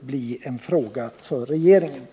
bli en fråga för regeringen.